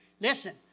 Listen